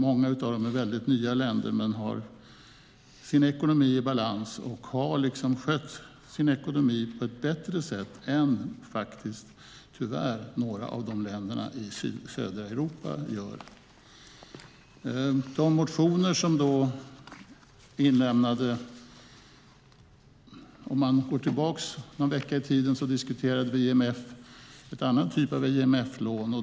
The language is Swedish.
Många av dem är väldigt nya länder, men de har sin ekonomi i balans, och de har skött sin ekonomi på ett bättre sätt än några av länderna i södra Europa. För någon vecka sedan diskuterade vi en annan typ av IMF-lån.